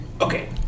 Okay